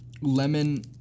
lemon